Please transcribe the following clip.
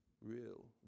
real